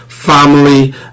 family